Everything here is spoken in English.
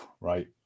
right